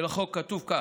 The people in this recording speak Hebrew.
של החוק כתוב כך: